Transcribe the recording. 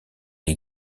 les